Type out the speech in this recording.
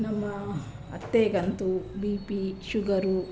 ನಮ್ಮ ಅತ್ತೆಗಂತೂ B P sugar